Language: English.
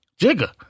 Jigga